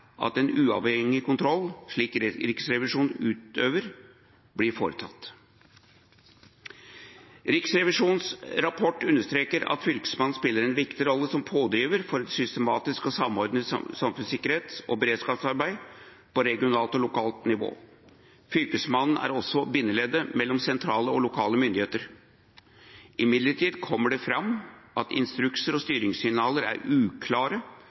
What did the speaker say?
at en uavhengig kontroll, slik som Riksrevisjonen utøver, blir foretatt. Riksrevisjonens rapport understreker at Fylkesmannen spiller en viktig rolle som pådriver for et systematisk og samordnet samfunnssikkerhets- og beredskapsarbeid på regionalt og lokalt nivå. Fylkesmannen er også bindeleddet mellom sentrale og lokale myndigheter. Imidlertid kommer det fram at instrukser og styringssignaler er uklare